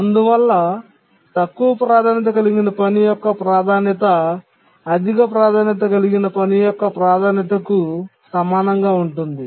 అందువల్ల తక్కువ ప్రాధాన్యత కలిగిన పని యొక్క ప్రాధాన్యత అధిక ప్రాధాన్యత కలిగిన పని యొక్క ప్రాధాన్యతకు సమానంగా ఉంటుంది